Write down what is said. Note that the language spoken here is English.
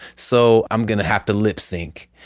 so i'm gonna have to lip sync.